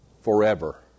forever